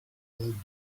told